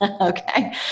Okay